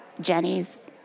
Jenny's